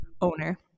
owner